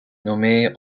nommée